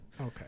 Okay